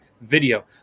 video